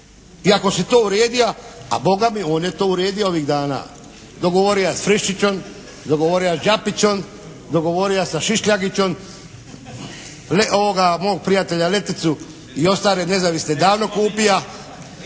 ako si to uredia, a Boga mi on je to uredia ovih dana. Dogovorio s Friščićom, dogovoria sa Đapićo, dogovorio sa Šišljagićom, mog prijatelja Leticu i ostale nezavisne davno kupia.